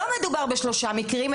לא מדובר בשלושה מקרים,